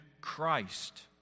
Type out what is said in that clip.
Christ